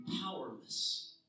powerless